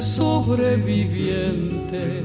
sobreviviente